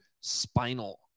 spinal